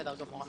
בסדר גמור.